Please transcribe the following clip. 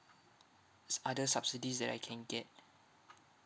s~ other subsidies that I can get